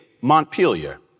Montpelier